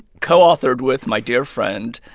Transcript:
co-authored with my dear friend,